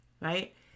right